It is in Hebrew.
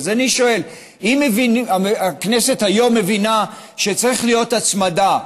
אז אני שואל: אם הכנסת היום מבינה שצריכה להיות הצמדה,